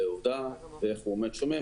זה שדה תעופה עובדה ואיך הוא עומד שומם.